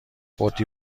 بطری